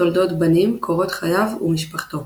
תולדות בנים – קורות חייו ומשפחתו